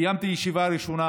קיימתי ישיבה ראשונה.